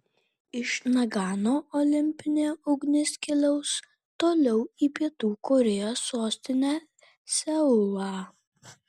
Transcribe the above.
iš nagano olimpinė ugnis keliaus toliau į pietų korėjos sostinę seulą